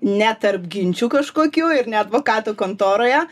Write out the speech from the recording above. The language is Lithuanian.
ne tarp ginčių kažkokių ir ne advokatų kontoroje